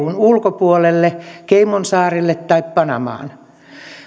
eun ulkopuolelle caymansaarille tai panamaan